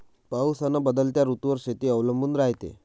पाऊस अन बदलत्या ऋतूवर शेती अवलंबून रायते